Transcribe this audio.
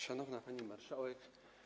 Szanowna Pani Marszałek!